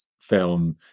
film